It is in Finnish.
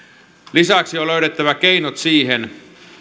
lisäksi on löydettävä keinot siihen